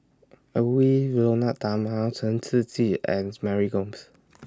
Edwy Lyonet Talma Chen Shiji and Mary Gomes